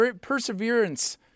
perseverance